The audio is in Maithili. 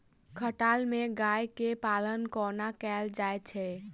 खटाल मे गाय केँ पालन कोना कैल जाय छै?